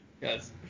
Yes